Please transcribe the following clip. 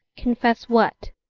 confess what?